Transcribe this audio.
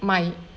my